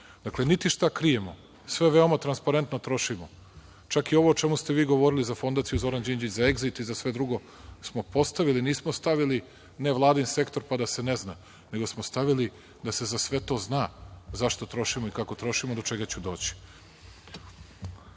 Dakle, niti šta krijemo, već sve veoma transparentno trošimo, čak i ovo o čemu ste vi govorili, za Fondaciju Zoran Đinđić, za Egzit i za sve drugo smo postavili, nismo stavili nevladin sektor, pa da se ne zna, nego smo stavili da se za sve to zna zašto trošimo i kako trošimo, do čega ću doći. Što